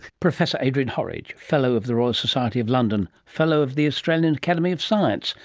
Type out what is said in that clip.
professor adrian horridge, fellow of the royal society of london, fellow of the australian academy of science,